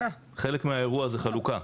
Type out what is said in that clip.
חלק מהאירוע זה חלוקה.